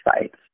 sites